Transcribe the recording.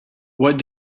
what